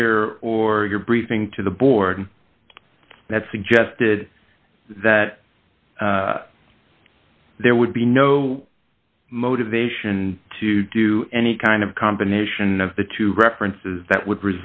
here or your briefing to the board that suggested that there would be no motivation to do any kind of combination of the two references that would